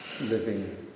living